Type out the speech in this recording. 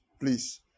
Please